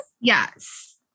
Yes